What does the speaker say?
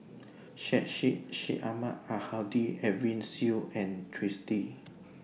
Syed Sheikh Syed Ahmad Al Hadi Edwin Siew and Twisstii